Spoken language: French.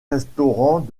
restaurants